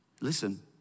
Listen